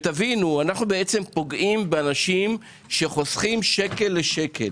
אנו פוגעים באנשים שחוסכים שקל לשקל.